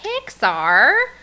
Pixar